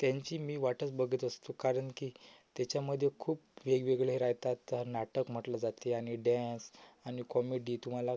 त्यांची मी वाटच बघत असतो कारण की त्याच्यामध्ये खूप वेगवेगळे राहतात तर नाटक म्हटलं जाते आणि डॅन्स आणि कॉमेडी तुम्हाला